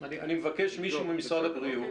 אני מבקש מישהו ממשרד הבריאות.